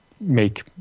make